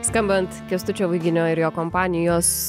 skambant kęstučio vaiginio ir jo kompanijos